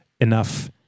enough